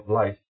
life